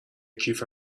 کیف